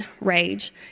rage